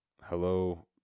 hello